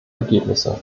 ergebnisse